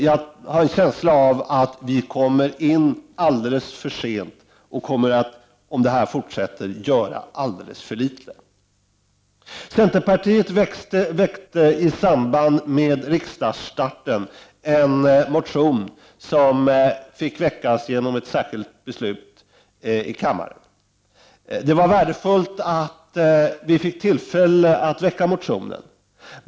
Jag har en känsla av att vi kommer in alldeles för sent och kommer att göra alldeles för litet om detta fortsätter. Centerpartiet väckte i samband med riksdagsstarten en motion som fick väckas genom ett särskilt beslut i kammaren. Det var värdefullt att vi fick tillfälle att väcka den motionen.